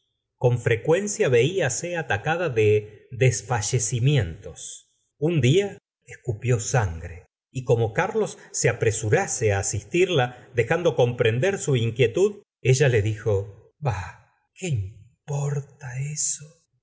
con frecuencia velase atacada de desfallecimientos un dia escupió sangre y como carlos se apresurase asistirla dejando comprender su inquietud ella le dijo ah qué importa esto